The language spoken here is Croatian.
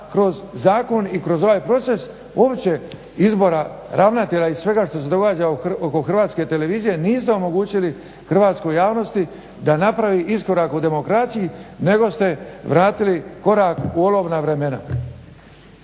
kroz zakon i kroz ovaj proces uopće izbora ravnatelja i svega što se događa oko hrvatske televizije niste omogućili hrvatskoj javnosti da napravi iskorak u demokraciji, nego ste vratili korak u olovna vremena.